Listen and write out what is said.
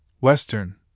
Western